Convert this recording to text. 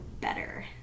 better